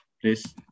please